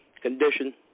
condition